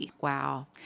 Wow